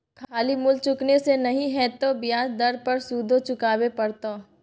खाली मूल चुकेने से नहि हेतौ ब्याज दर पर सुदो चुकाबे पड़तौ